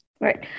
Right